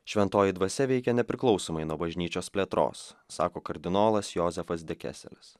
šventoji dvasia veikia nepriklausomai nuo bažnyčios plėtros sako kardinolas jozefas dekeselis